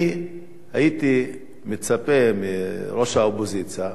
אני הייתי מצפה מראש האופוזיציה,